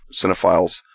cinephiles